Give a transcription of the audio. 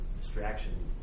distraction